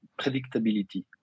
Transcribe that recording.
predictability